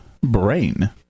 Brain